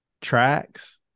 tracks